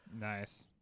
Nice